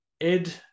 Ed